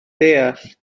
deall